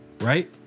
right